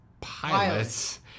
pilots